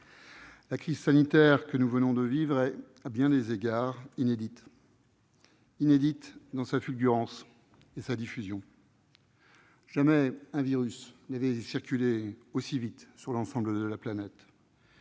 la crise sanitaire que nous venons de vivre est, à bien des égards, inédite : inédite par sa fulgurance et sa diffusion- jamais un virus n'avait circulé aussi vite sur l'ensemble de la planète